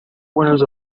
winners